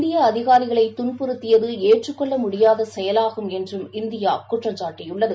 இந்திய அதிகாரிகளைசித்தரவதைக்குட்படுத்தியதுஏற்றுக்கொள்ளமுடியாதசெயவாகும் என்றும் இந்தியாகுற்றம் சாட்டியுள்ளது